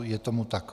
Je tomu tak.